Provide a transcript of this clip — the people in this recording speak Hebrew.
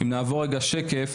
אם נעבור רגע שקף,